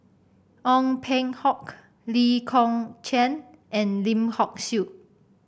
Ong Peng Hock Lee Kong Chian and Lim Hock Siew